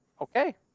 Okay